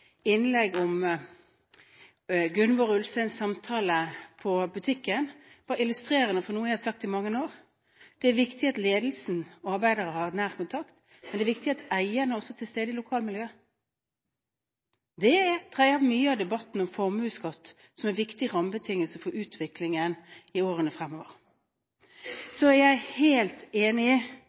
innlegg om Gunvor og Ulsteins samtale på butikken var illustrerende for noe jeg har sagt i mange år: Det er viktig at ledelsen og arbeiderne har nær kontakt, men det er også viktig at eierne er til stede i lokalmiljøet. Mye av debatten om formuesskatt, som er en viktig rammebetingelse for utviklingen i årene fremover, dreier seg om det. Jeg er helt enig i